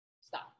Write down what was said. stop